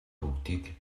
бүгдийг